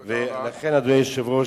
ולכן, אדוני היושב-ראש,